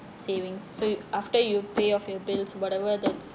savings so you after you pay off your bills whatever that's